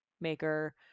maker